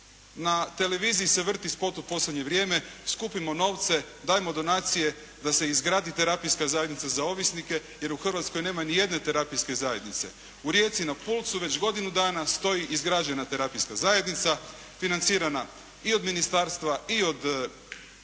Na televiziji se vrti spot u posljednje vrijeme. Skupimo novce, dajmo donacije da se izgradi terapijska zajednica za ovisnike, jer u Hrvatskoj nema ni jedne terapijske zajednice. U Rijeci na “Pulcu“ već godinu dana stoji izgrađena terapijska zajednica financirana i od ministarstva i od